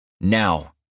Now